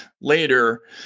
later